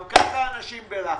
גם ככה האנשים בלחץ.